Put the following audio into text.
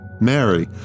Mary